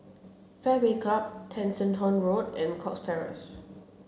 Fairway Club Tessensohn Road and Cox Terrace